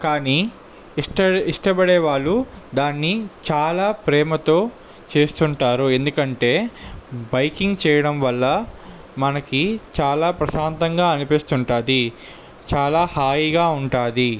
కానీ ఇష్టపడే ఇష్టపడే వాళ్ళు దాన్ని చాలా ప్రేమతో చేస్తుంటారు ఎందుకంటే బైకింగ్ చేయడం వల్ల మనకి చాలా ప్రశాంతంగా అనిపిస్తుంటుంది చాలా హాయిగా ఉంటుంది